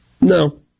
No